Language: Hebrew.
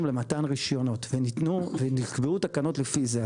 והתנאים למתן רישיונות ונקבעו תקנות לפי זה.